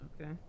Okay